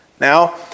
Now